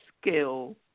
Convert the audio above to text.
skill –